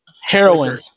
Heroin